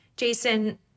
Jason